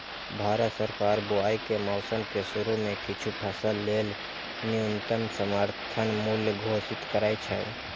भारत सरकार बुआइ के मौसम के शुरू मे किछु फसल लेल न्यूनतम समर्थन मूल्य घोषित करै छै